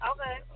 Okay